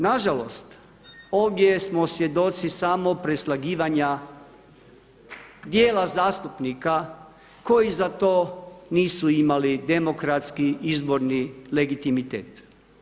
Nažalost ovdje smo svjedoci samo preslagivanja djela zastupnika koji za to nisu imali demokratski izborni legitimitet.